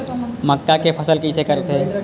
मक्का के फसल कइसे करथे?